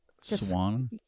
Swan